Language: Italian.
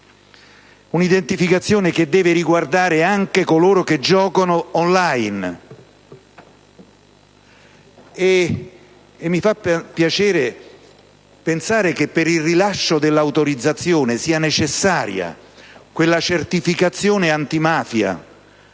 un'identificazione seria, che deve riguardare anche coloro che giocano *on line*. Mi fa piacere anche pensare che per il rilascio dell'autorizzazione sia necessaria la certificazione antimafia